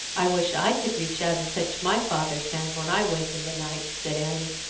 i wish i could reach out and touch my father's hand when i wake in the night, said annie.